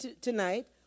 tonight